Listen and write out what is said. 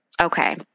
okay